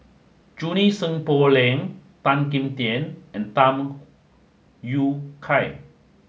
Junie Sng Poh Leng Tan Kim Tian and Tham Yui Kai